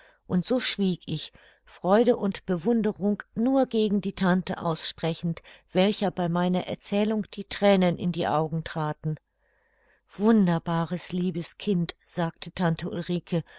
und so schwieg ich freude und bewunderung nur gegen die tante aussprechend welcher bei meiner erzählung die thränen in die augen traten wunderbares liebes kind sagte tante ulrike